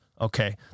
Okay